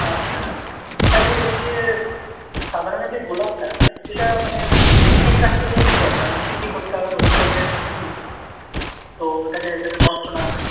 আচ্ছা তাহলে এই যে সাদা রঙের যে গোলাপটা এটা মানে ঠিক রাখতে গেলে কি দরকার মানে কী কী করতে হবে গোলাপটা যেটা আমি কিনি তো ওটাকে যাতে নষ্ট না হয়